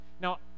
Now